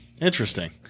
Interesting